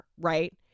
right